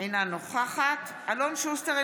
אינו נוכח רון כץ,